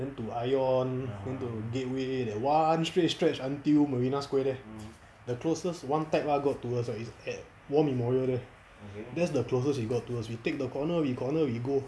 then to ion then to gateway that [one] straight stretch until marina square there the closest [one] type R got to us right is at war memorial there that's the closest they got to us we take the corner we corner we go